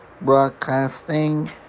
broadcasting